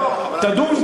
תדון,